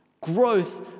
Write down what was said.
growth